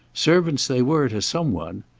servants they were to some one.